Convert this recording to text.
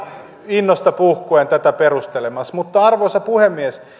innosta puhkuen tätä perustelemassa arvoisa puhemies